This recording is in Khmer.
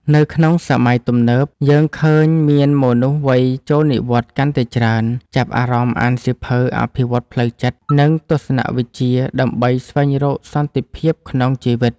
នៅក្នុងសម័យទំនើប យើងឃើញមានមនុស្សវ័យចូលនិវត្តន៍កាន់តែច្រើន ចាប់អារម្មណ៍អានសៀវភៅអភិវឌ្ឍផ្លូវចិត្ត និងទស្សនវិជ្ជាដើម្បីស្វែងរកសន្តិភាពក្នុងជីវិត។